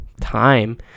time